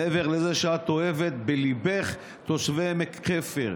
מעבר לזה שאת אוהבת בליבך את תושבי עמק חפר.